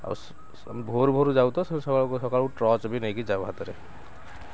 ଆଉ ଭୋର ଭୋର ଯାଉ ତ ସକାଳୁ ଟର୍ଚ୍ଚ ବି ନେଇକି ଯାଉ ହାତରେ